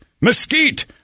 mesquite